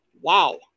Wow